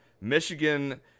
Michigan